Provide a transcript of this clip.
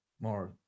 More